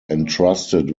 entrusted